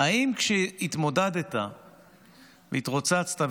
האם כשהתמודדת והתרוצצת,